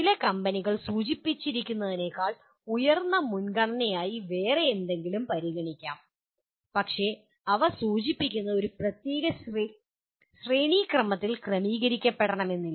ചില കമ്പനികൾ സൂചിപ്പിച്ചിരിക്കുന്നതിനേക്കാൾ ഉയർന്ന മുൻഗണനയായി എന്തെങ്കിലും പരിഗണിക്കാം പക്ഷേ അവ സൂചിപ്പിക്കുന്നത് ഒരു പ്രത്യേക ശ്രേണിക്രമത്തിൽ ക്രമീകരിക്കണമെന്നില്ല